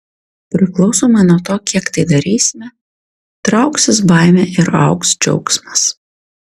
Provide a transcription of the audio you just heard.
priklausomai nuo to kiek tai darysime trauksis baimė ir augs džiaugsmas